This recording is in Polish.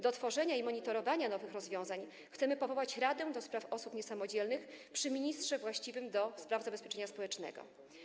Do tworzenia i monitorowania nowych rozwiązań chcemy powołać Radę do spraw Osób Niesamodzielnych przy ministrze właściwym do spraw zabezpieczenia społecznego.